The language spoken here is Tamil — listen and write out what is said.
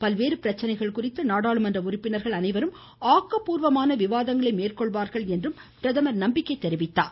பல்வேறு பிரச்சனைகள் குறித்து நாடாளுமன்ற உறுப்பினர்கள் அனைவரும் ஆக்கப்பூர்வமான விவாதங்களை மேற்கொள்வார்கள் என்றும் பிரதமர் நம்பிக்கை தெரிவித்தார்